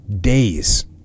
days